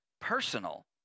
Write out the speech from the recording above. personal